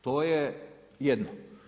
To je jedno.